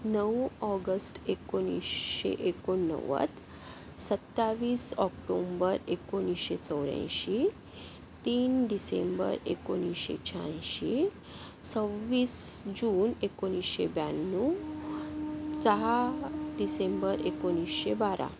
नऊ ऑगस्ट एकोणीसशे एकोणनव्वद सत्तावीस ऑक्टोम्बर एकोणीसशे चौऱ्याऐंशी तीन डिसेंबर एकोणीसशे शहाऐंशी सव्वीस जून एकोणीसशे ब्याण्णव सहा डिसेंबर एकोणीसशे बारा